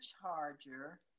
charger